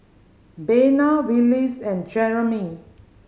Bena Willis and Jerimy